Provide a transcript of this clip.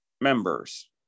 members